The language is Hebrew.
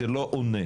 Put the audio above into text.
זה לא עונה.